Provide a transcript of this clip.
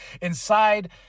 inside